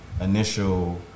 initial